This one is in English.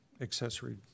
accessory